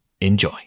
enjoy